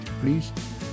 Please